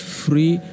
free